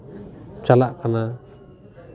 ᱪᱟᱞᱟᱜ ᱠᱟᱱᱟ